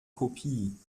kopie